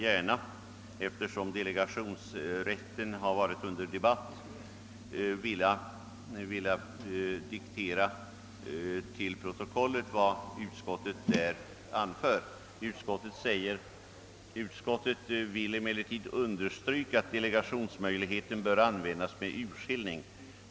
Eftersom delegationsrätten har varit under debatt, skulle jag vilja till protokollet diktera vad utskottet i detta sammanhang anför. Det heter på s. 74 följande: »Utskottet vill emellertid understryka, att delegationsmöjligheten bör användas med urskillning.